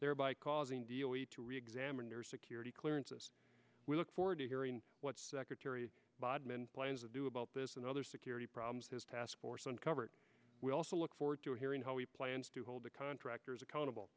thereby causing deeley to reexamine their security clearances we look forward to hearing what secretary bodman plans to do about this and other security problems his task force uncovered we also look forward to hearing how he plans to hold the contractors accountable